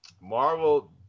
Marvel